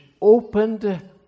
opened